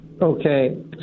Okay